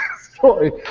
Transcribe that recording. sorry